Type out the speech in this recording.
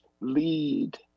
lead